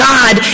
God